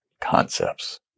concepts